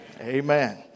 Amen